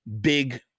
big